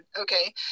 okay